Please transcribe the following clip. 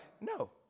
No